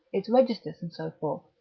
its registers and so forth,